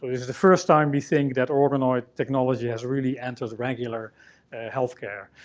is the first time, we think, that organoid technology has really entered regular health care.